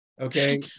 okay